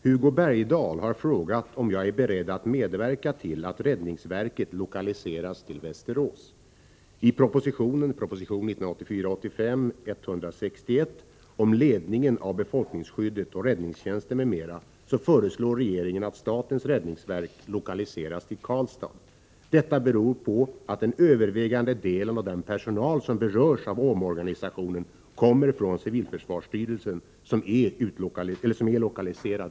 Herr talman! Hugo Bergdahl har frågat om jag är beredd att medverka till att räddningsverket lokaliseras till Västerås. I propositionen om ledningen av befolkningsskyddet och räddningstjänsten m.m. föreslår regeringen att statens räddningsverk lokaliseras till Karlstad. Detta beror på att den övervägande delen av den personal som berörs av omorganisationen kommer från civilförsvarsstyrelsen som är lokaliserad till Karlstad.